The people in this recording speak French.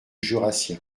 jurassien